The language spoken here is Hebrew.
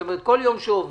זאת אומרת, בכל יום שעובר,